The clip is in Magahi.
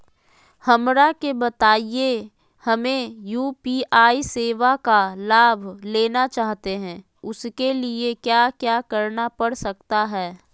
हमरा के बताइए हमें यू.पी.आई सेवा का लाभ लेना चाहते हैं उसके लिए क्या क्या करना पड़ सकता है?